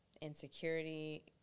insecurity